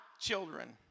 children